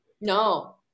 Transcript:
no